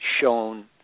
shown